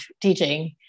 teaching